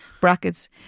brackets